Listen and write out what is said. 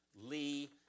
Lee